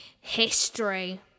history